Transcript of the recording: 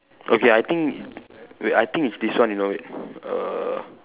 okay I think wait I think it's this one you know err